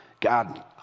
God